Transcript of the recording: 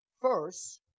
first